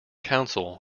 council